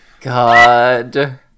God